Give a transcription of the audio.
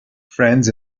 friends